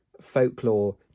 folklore